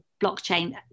blockchain